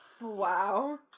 Wow